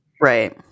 Right